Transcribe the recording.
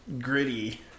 gritty